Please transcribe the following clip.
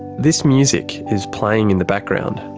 this music is playing in the background.